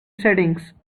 settings